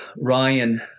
Ryan